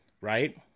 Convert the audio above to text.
right